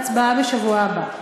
ההצבעה בשבוע הבא.